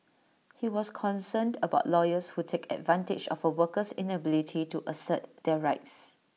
he was concerned about lawyers who take advantage of A worker's inability to assert their rights